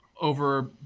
over